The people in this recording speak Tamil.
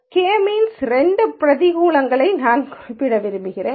கே மீன்ஸ் இரண்டு பிரதிகூலங்களை நான் குறிப்பிட விரும்புகிறேன்